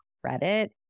credit